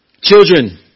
Children